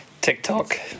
TikTok